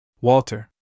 Walter